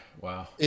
Wow